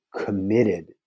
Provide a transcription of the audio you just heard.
committed